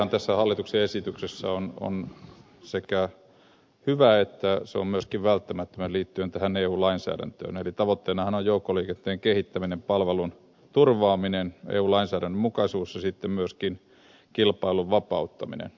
tavoitehan tässä hallituksen esityksessä on sekä hyvä että myöskin välttämätön liittyen tähän eu lainsäädäntöön eli tavoitteenahan on joukkoliikenteen kehittäminen palvelun turvaaminen eu lainsäädännön mukaisuus ja sitten myöskin kilpailun vapauttaminen